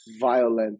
violent